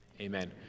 Amen